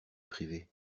privée